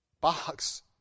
box